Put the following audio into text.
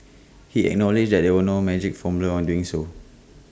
he acknowledged that there were no magic formula doing so